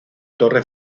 torre